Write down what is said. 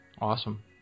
Awesome